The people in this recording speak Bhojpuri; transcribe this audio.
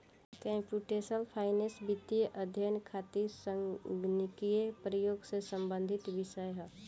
कंप्यूटेशनल फाइनेंस वित्तीय अध्ययन खातिर संगणकीय प्रयोग से संबंधित विषय ह